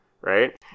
right